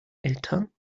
eltern